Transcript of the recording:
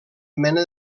mena